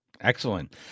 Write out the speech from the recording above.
Excellent